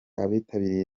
abitabiriye